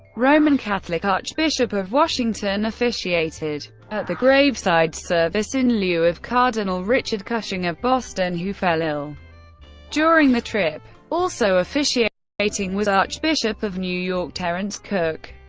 roman catholic archbishop of washington, officiated at the graveside service in lieu of cardinal richard cushing of boston, who fell ill during the trip. also officiating was archbishop of new york terence cooke.